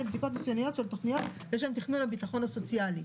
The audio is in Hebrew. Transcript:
לבדיקות ניסיוניות של תכניות לשם תכנון הביטוח הסוציאלי".